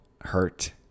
hurt